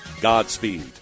Godspeed